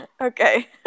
okay